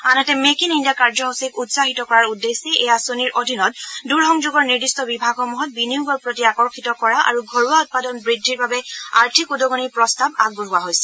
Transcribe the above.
আনহাতে make in India কাৰ্যসূচীক উৎসাহিত কৰাৰ উদ্দেশ্যে এই আঁচনিৰ অধীনত দূৰসংযোগৰ নিৰ্দিষ্ট বিভাগসমূহত বিনিয়োগৰ প্ৰতি আকৰ্ষিত কৰা আৰু ঘৰুৱা উৎপাদন বৃদ্ধিৰ বাবে আৰ্থিক উদগনিৰ প্ৰস্তাৱ আগবঢ়োৱা হৈছে